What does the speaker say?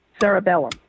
Cerebellum